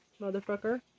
motherfucker